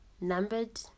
numbered